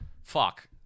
Fuck